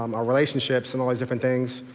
um our relationships and all these different things.